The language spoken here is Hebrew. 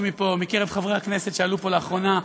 מפה מקרב חברי הכנסת שעלו פה לאחרונה,